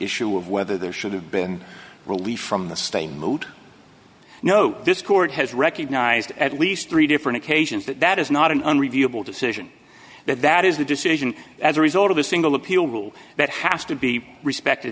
issue of whether there should have been relief from the stay moot no this court has recognized at least three different occasions that that is not an un reviewable decision that that is the decision as a result of a single appeal rule that has to be respected